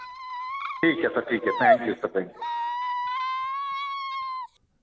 ठीक ऐ सर ठीक ऐ thank you sir thank U